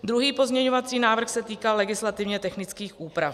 Druhý pozměňovací návrh se týkal legislativně technických úprav.